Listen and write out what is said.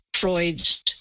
Freud's